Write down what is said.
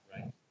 Right